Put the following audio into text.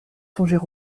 songer